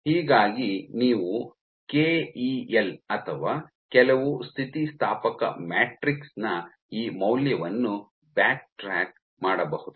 ಹೀಗಾಗಿ ನೀವು ಕೆಇಎಲ್ ಅಥವಾ ಕೆಲವು ಸ್ಥಿತಿಸ್ಥಾಪಕ ಮ್ಯಾಟ್ರಿಕ್ಸ್ ನ ಈ ಮೌಲ್ಯವನ್ನು ಬ್ಯಾಕ್ಟ್ರಾಕ್ ಮಾಡಬಹುದು